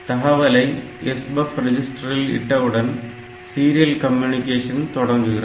தகவலை SBUF இல் விட்டவுடன் சீரியல் கம்யூனிகேஷன் தொடங்குகிறது